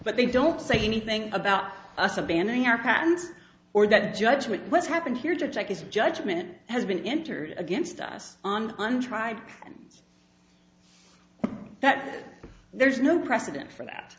but they don't say anything about us abandoning our patents or that judgment what's happened here to check is a judgment has been entered against us on one tribe that there is no precedent for that